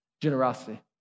Generosity